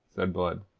said blood.